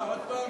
מה, עוד הפעם?